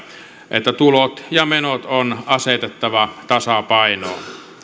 että tulot ja menot on asetettava tasapainoon